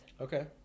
Okay